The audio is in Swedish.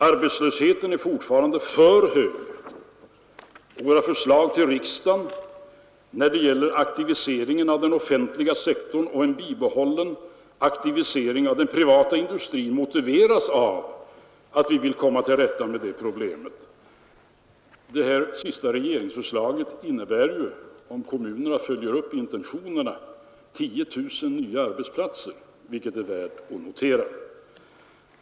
Arbetslösheten är fortfarande hög, och våra förslag till riksdagen när det gäller aktiviseringen av den offentliga sektorn och en bibehållen aktivisering av den privata industrin motiveras av att vi vill komma till rätta med det problemet. Det senast framlagda regeringsförslaget innebär, om kommunerna följer upp intentionerna, 10 000 nya arbetsplatser, vilket är värt att notera.